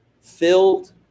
filled